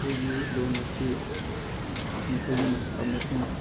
ꯑꯩꯈꯣꯏꯒꯤ ꯂꯣꯟ ꯑꯁꯤ ꯃꯈꯣꯏꯒꯤ ꯃꯁꯛ ꯑꯃꯁꯨꯡ